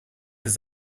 his